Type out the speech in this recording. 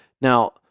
Now